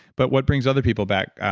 but what brings other people back,